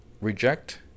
reject